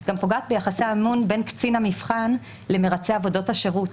זה גם פוגע ביחסי האמון בין קצין המבחן למרצה עבודות השירות.